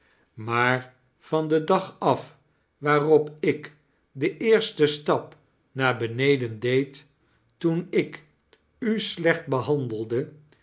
maar van den dag af waarop ik den eersten stap naar beneden deed toen ik u slecht behandelde